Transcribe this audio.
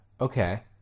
Okay